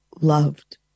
loved